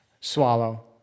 swallow